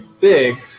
big